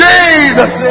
Jesus